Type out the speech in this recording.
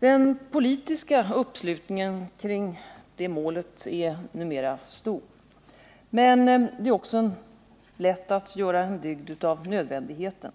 Den politiska uppslutningen kring detta mål är numera stor. Men det är också lätt att göra en dygd av nödvändigheten.